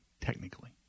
technically